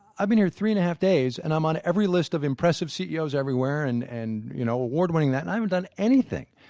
i've been here three-and-a-half days and i'm on every list of impressive ceos everywhere and and, you know, award-winning that and i haven't done anything.